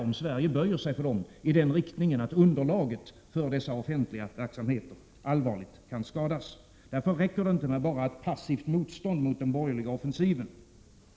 Om Sverige böjer sig för de här synpunkterna, kan följden bli att underlaget för dessa offentliga verksamheter allvarligt skadas. Därför räcker det inte med ett passivt motstånd mot den borgerliga offensiven.